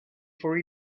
for